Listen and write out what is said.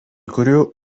kurių